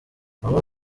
bamwe